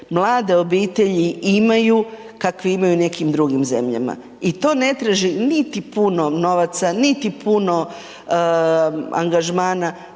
mlade obitelji imaju kakve imaju u nekim drugim zemljama. I to ne traži niti puno novaca, niti puno angažmana,